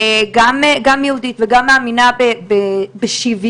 גם יהודית וגם מאמינה בשוויון,